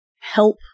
help